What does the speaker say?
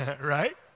right